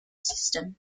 system